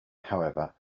however